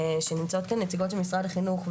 שנמצאות כאן נציגות של משרד החינוך,